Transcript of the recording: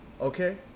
okay